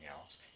else